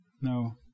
No